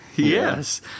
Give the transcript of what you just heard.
Yes